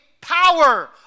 power